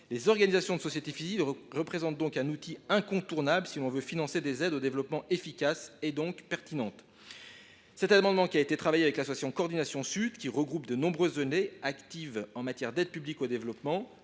Les organisations de la société civile représentent donc un outil incontournable si l’on veut financer des aides au développement efficaces, donc pertinentes. Cet amendement a été travaillé avec l’association Coordination SUD qui regroupe de nombreuses ONG actives en matière d’aide publique au développement.